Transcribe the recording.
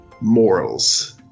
morals